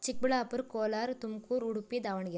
Chikkaballapur Kolar Tumkur Udupi Davanagere